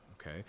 okay